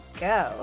go